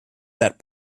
that